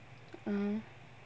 (uh huh)